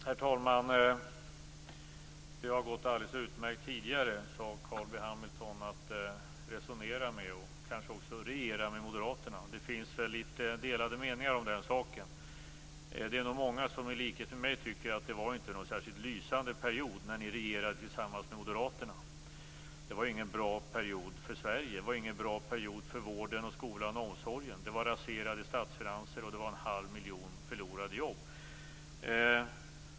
Herr talman! Det har gått alldeles utmärkt att resonera och kanske också att regera med Moderaterna tidigare, sade Carl B Hamilton. Det finns väl litet delade meningar om den saken. Det är nog många som i likhet med mig tycker att det inte var någon särskilt lysande period när ni regerade tillsammans med Moderaterna. Det var ingen bra period för Sverige, och det var ingen bra period för vården, skolan och omsorgen. Det var raserade statsfinanser, och det var en halv miljon förlorade jobb.